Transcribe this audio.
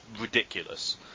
ridiculous